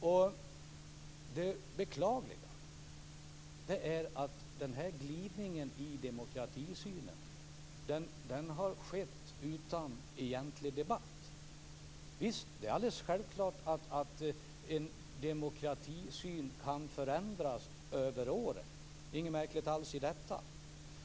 Det beklagliga är att denna glidning i demokratisynen har skett utan egentlig debatt. Visst, det är självklart att en demokratisyn kan förändras över åren, det är inget märkligt alls.